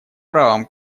правом